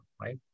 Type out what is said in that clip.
right